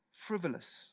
frivolous